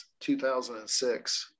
2006